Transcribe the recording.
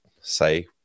say